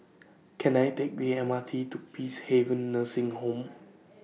Can I Take The M R T to Peacehaven Nursing Home